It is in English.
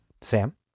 Sam